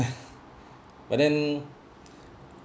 but then